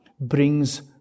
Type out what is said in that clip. brings